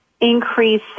increase